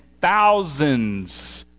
thousands